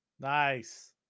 nice